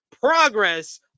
Progress